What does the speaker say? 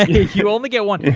you only get one.